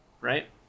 Right